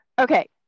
okay